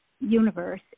universe